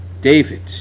David